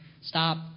stop